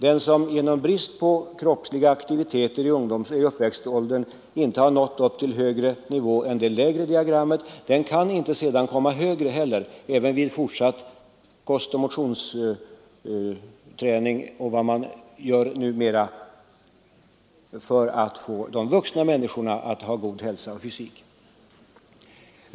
Den som genom brist på kroppslig aktivitet i uppväxtåldern inte nått upp till högre nivå än den lägre kurvan visar, kan inte senare komma så mycket högre vid fortsatt träning, med god kost och allt vad man nu kan göra för vuxna människor när det gäller att få god hälsa och fysik.